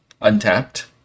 untapped